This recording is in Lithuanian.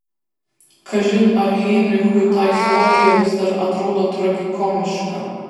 kažin ar heinrichui ta istorija vis dar atrodo tragikomiška